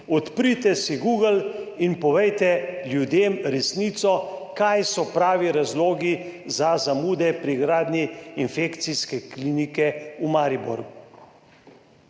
Odprite si Google in povejte ljudem resnico, kaj so pravi razlogi za zamude pri gradnji infekcijske klinike v Mariboru.